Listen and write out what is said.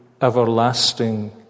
everlasting